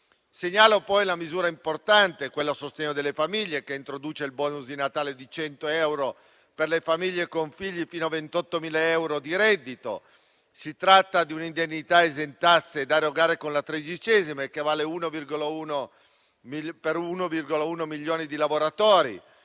Segnalo poi una misura importante a sostegno delle famiglie, che introduce il *bonus* di Natale di 100 euro per le famiglie con figli fino a 28.000 euro di reddito. Si tratta di un'indennità esentasse da erogare con la tredicesima e che vale per 1,1 milioni di lavoratori